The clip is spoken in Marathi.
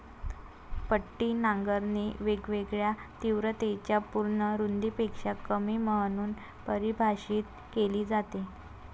पट्टी नांगरणी वेगवेगळ्या तीव्रतेच्या पूर्ण रुंदीपेक्षा कमी म्हणून परिभाषित केली जाते